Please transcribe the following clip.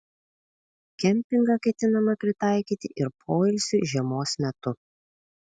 kempingą ketinama pritaikyti ir poilsiui žiemos metu